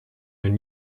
hun